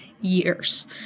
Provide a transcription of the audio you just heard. years